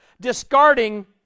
discarding